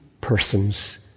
persons